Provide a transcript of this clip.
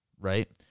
right